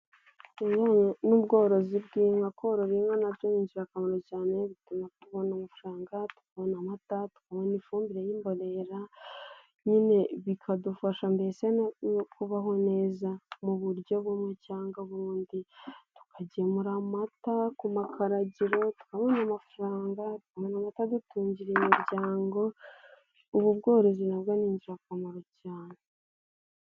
Ni ubworozi bw'inka, korora inka na byo ni ingirakamaro cyane bituma tubona amafaranga, tukabona amata, tukabona ifumbire y'imbora nyine bikadufasha mbese no kubaho neza mu buryo bumwe cyangwa ubundi, tukagemura amata ku makaragiro tukabona amafaranga, tukabona amata adutungira imiryango, ubu bworozi nabwo ni ingirakamaro cyane.